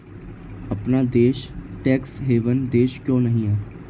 अपना देश tax haven देश क्यों नहीं है?